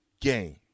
game